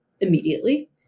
immediately